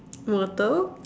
water